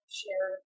share